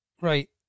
right